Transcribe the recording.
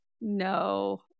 no